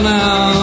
now